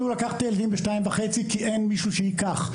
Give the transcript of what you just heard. לקחת את הילדים ב-14:30 כי אין מישהו שייקח.